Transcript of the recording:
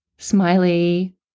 smiley